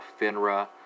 FINRA